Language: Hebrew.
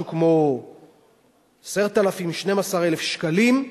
משהו כמו 10,000, 12,000 שקלים.